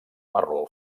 marró